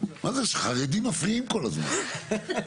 מה זה חרדים מפריעים כל הזמן,